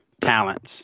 talents